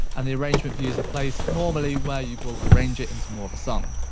and the arrangement view is a place, normally, where you will arrange it into more of a song.